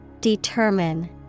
Determine